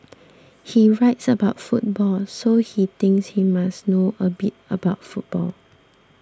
he writes about football so he thinks he must know a bit about football